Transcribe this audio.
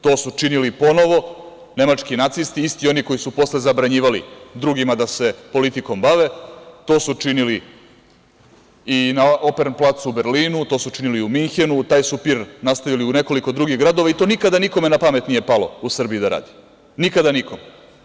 To su činili ponovo nemački nacisti, isti oni koji su posle zabranjivali drugima da se politikom bave, to su činili i na Operen placu u Berlinu, to su činili u Minhenu, taj su pir nastavili u nekoliko drugih gradova i to nikada nikome na pamte nije palo u Srbiji da radi, nikada nikom.